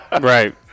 Right